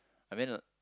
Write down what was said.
I mean